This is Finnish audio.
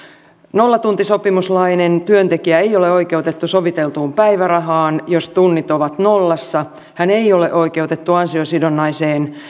nollatuntisopimuslainen työntekijä ei ole oikeutettu soviteltuun päivärahaan jos tunnit ovat nollassa hän ei ole oikeutettu ansiosidonnaiseen